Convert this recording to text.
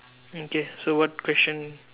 okay so what question